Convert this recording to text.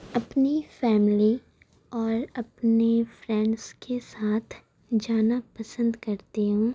اپنی فیملی اور اپنی فرینڈس کے ساتھ جانا پسند کرتی ہوں